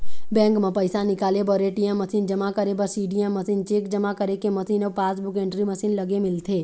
bank म पइसा निकाले बर ए.टी.एम मसीन, जमा करे बर सीडीएम मशीन, चेक जमा करे के मशीन अउ पासबूक एंटरी मशीन लगे मिलथे